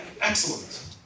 excellent